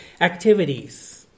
activities